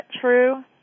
true